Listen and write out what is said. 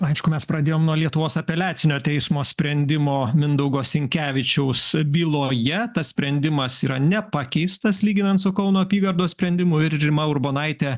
aišku mes pradėjom nuo lietuvos apeliacinio teismo sprendimo mindaugo sinkevičiaus byloje tas sprendimas yra nepakeistas lyginant su kauno apygardos sprendimu ir rima urbonaitė